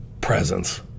presence